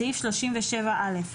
בסעיף 37(א),